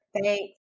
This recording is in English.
Thanks